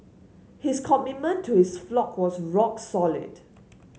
his commitment to his flock was rock solid